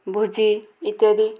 ଭୋଜି ଇତ୍ୟାଦି